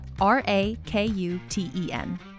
R-A-K-U-T-E-N